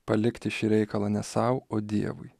palikti šį reikalą ne sau o dievui